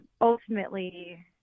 ultimately